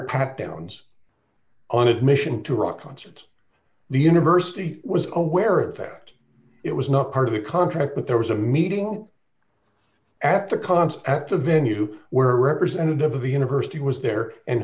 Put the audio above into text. pat downs on admission to a rock concert the university was aware of the fact it was not part of a contract but there was a meeting at the concert at the venue where a representative of the university was there and